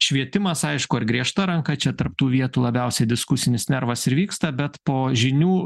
švietimas aišku ar griežta ranka čia tarp tų vietų labiausiai diskusinis nervas ir vyksta bet po žinių